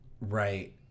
right